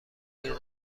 بگیر